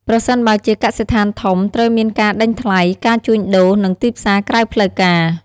ប្រសិនបើជាកសិដ្ឋានធំ ត្រូវមានការដេញថ្លៃ ការជួញដូរ និងទីផ្សារក្រៅផ្លូវការ។